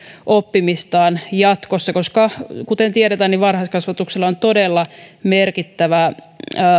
oppimistaan jatkossa koska kuten tiedetään varhaiskasvatuksella on todella merkittävä